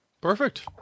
Perfect